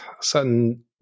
certain